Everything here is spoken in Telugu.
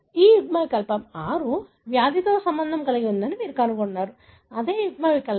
ఈ యుగ్మ వికల్పం 6 వ్యాధితో సంబంధం కలిగి ఉందని మీరు కనుగొన్నారు అదే యుగ్మవికల్పం